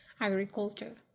agriculture